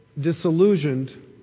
disillusioned